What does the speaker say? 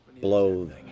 blow